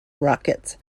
rockets